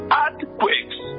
earthquakes